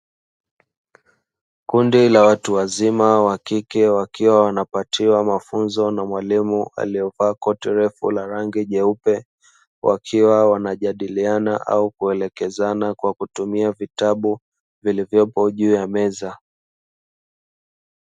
Kundi la watu wazima wa kike wakiwa wanapatiwa mafunzo na mwalimu aliyevaa koti refu la rangi jeupe, wakiwa wanajadiliana au kuelekezana kwa kutumia vitabu vilivyopo juu ya meza.